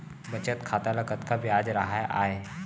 बचत खाता ल कतका ब्याज राहय आय?